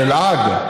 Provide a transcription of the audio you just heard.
אלעד.